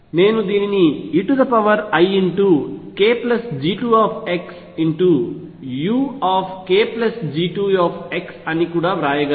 నేను దీనిని eikG2xukG2 అని కూడా వ్రాయగలను